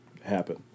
happen